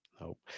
Nope